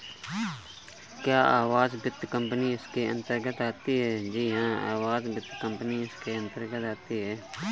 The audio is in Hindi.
क्या आवास वित्त कंपनी इसके अन्तर्गत आती है?